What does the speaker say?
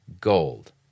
gold